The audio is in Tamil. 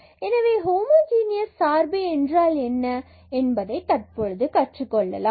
எனவே ஹோமோஜனியஸ் சார்பு என்றால் என்ன என்பதை தற்பொழுது கற்றுக்கொள்ளலாம்